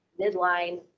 midline